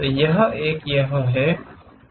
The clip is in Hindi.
तो यह एक यह है यह एक है और यह हिस्सा वह इक है